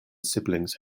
siblings